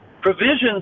provisions